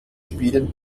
spielen